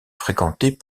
fréquentés